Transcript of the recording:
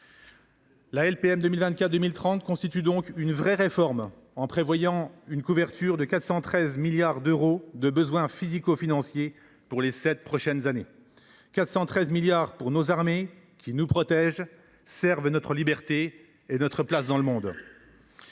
La LPM 2024 2030 constitue donc une vraie réforme : elle prévoit une couverture de 413 milliards d’euros de besoins physico financiers pour les sept prochaines années pour les armées, qui nous protègent, qui servent notre liberté et qui défendent notre place dans le monde.